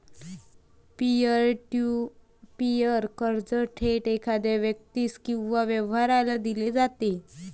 pier to peer कर्ज थेट एखाद्या व्यक्तीस किंवा व्यवसायाला दिले जाते